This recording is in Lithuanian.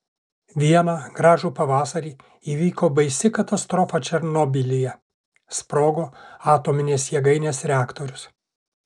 vieną gražų pavasarį įvyko baisi katastrofa černobylyje sprogo atominės jėgainės reaktorius